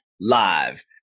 Live